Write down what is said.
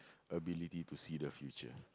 ability to see the future